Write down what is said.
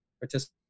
participate